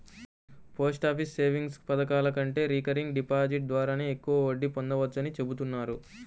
post office savings పథకాల కంటే recurring deposit ద్వారానే ఎక్కువ వడ్డీ పొందవచ్చని చెబుతున్నారు